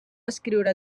escriure